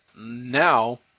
now